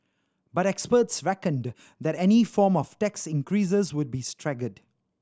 but experts reckoned that any form of tax increases would be staggered